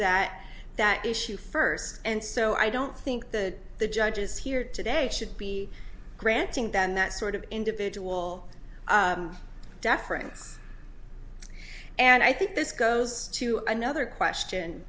that that issue first and so i don't think the the judges here today should be granting them that sort of individual deference and i think this goes to another question